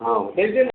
ہاں